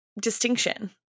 distinction